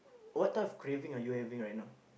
what type of craving are you having right now